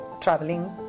traveling